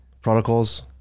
protocols